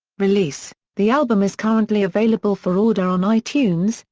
release the album is currently available for order on itunes,